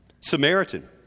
Samaritan